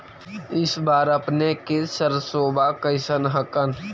इस बार अपने के सरसोबा कैसन हकन?